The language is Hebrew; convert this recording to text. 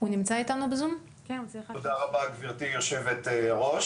תודה רבה, גברתי היו"ר.